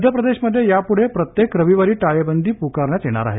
मध्यप्रदेशमध्ये यापुढे प्रत्येक रविवारी टाळेबदी पुकारण्यात येणार आहे